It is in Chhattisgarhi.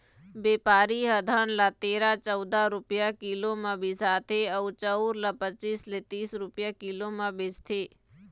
बेपारी ह धान ल तेरा, चउदा रूपिया किलो म बिसाथे अउ चउर ल पचीस ले तीस रूपिया किलो म बेचथे